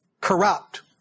corrupt